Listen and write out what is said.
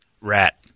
rat